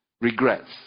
regrets